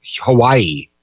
Hawaii